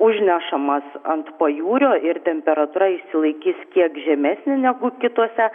užnešamas ant pajūrio ir temperatūra išsilaikys kiek žemesnė negu kituose